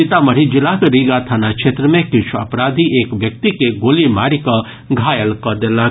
सीतामढ़ी जिलाक रीगा थाना क्षेत्र मे किछु अपराधी एक व्यक्ति के गोली मारि कऽ घायल कऽ देलक